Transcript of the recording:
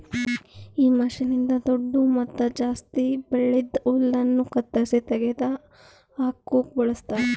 ಈ ಮಷೀನ್ನ್ನಿಂದ್ ದೊಡ್ಡು ಮತ್ತ ಜಾಸ್ತಿ ಬೆಳ್ದಿದ್ ಹುಲ್ಲನ್ನು ಕತ್ತರಿಸಿ ತೆಗೆದ ಹಾಕುಕ್ ಬಳಸ್ತಾರ್